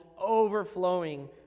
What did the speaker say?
overflowing